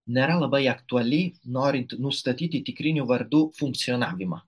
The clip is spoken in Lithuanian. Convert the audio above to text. nėra labai aktuali norint nustatyti tikrinių vardų funkcionavimą